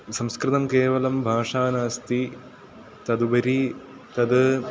संस्कृतं केवलं भाषा नास्ति तदुपरि तद्